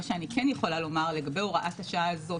מה שאני כן יכולה לומר לגבי הוראת השעה הזו,